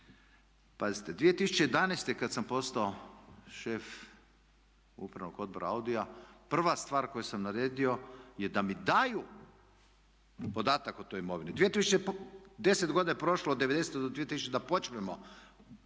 Pazite, 2011. kad sam postao šef Upravnog odbora AUDI-a prva stvar koju sam naredio je da mi daju podatak o toj imovini. Dvije tisućite, deset godina je prošlo